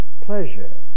pleasure